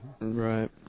Right